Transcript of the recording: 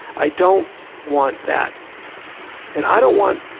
i don't want that and i don't want